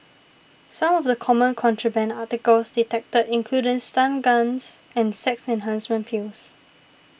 some of the common contraband articles detected included stun guns and sex enhancement pills